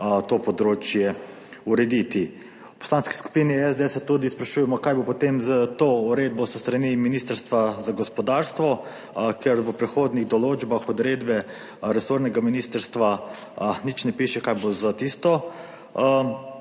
to področje urediti. V Poslanski skupini SDS se tudi sprašujemo kaj bo potem s to uredbo s strani Ministrstva za gospodarstvo, ker v prehodnih določbah odredbe resornega ministrstva nič ne piše kaj bo za tisto